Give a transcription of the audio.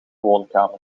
woonkamer